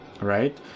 right